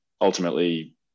ultimately